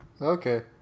Okay